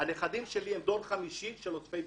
הנכדים שלי הם דור חמישי של אוספי ביצים.